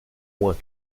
moins